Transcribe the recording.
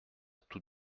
tout